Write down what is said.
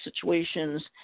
situations